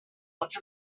much